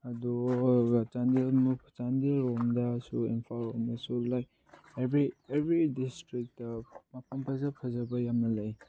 ꯑꯗꯣ ꯆꯥꯟꯗꯦꯜ ꯂꯣꯝꯗꯁꯨ ꯏꯝꯐꯥꯜꯂꯣꯝꯗꯁꯨ ꯂꯩ ꯑꯦꯚ꯭ꯔꯤ ꯗꯤꯁꯇ꯭ꯔꯤꯛꯇ ꯃꯐꯝ ꯐꯖ ꯐꯖꯕ ꯌꯥꯝꯅ ꯂꯩ